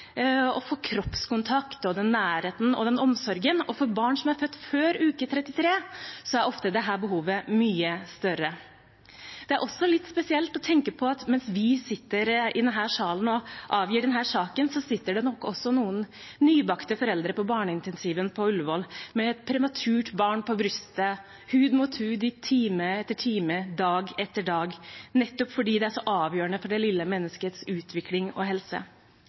å få kroppskontakt og den nærheten og omsorgen det gir. For barn som er født før uke 33, er ofte dette behovet mye større. Det er også litt spesielt å tenke på at mens vi sitter i denne salen og avgir denne saken, sitter det nok også noen nybakte foreldre på barneintensiven på Ullevål med et prematurt barn på brystet, hud mot hud i time etter time, dag etter dag, nettopp fordi det er så avgjørende for det lille menneskets utvikling og helse.